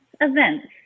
events